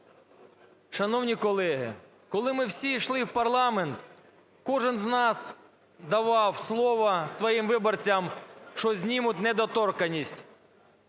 Шановні колеги! Коли ми всі йшли в парламент, кожен з нас давав слово своїм виборцям, що знімуть недоторканність.